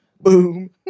Boom